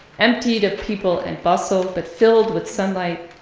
emptied of people and bustle but filled with sunlight,